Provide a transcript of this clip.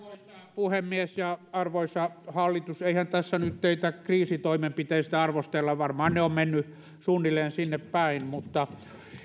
puhemies ja arvoisa hallitus eihän tässä nyt teitä kriisitoimenpiteitä arvostella varmaan ne ovat menneet suunnilleen sinne päin mutta